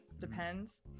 Depends